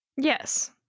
Yes